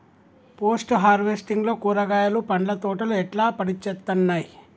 Post harvesting లో కూరగాయలు పండ్ల తోటలు ఎట్లా పనిచేత్తనయ్?